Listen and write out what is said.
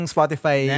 Spotify